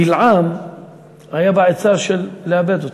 בלעם היה בעצה של לאבד אותם.